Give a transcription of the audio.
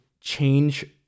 change